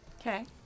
Okay